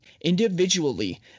Individually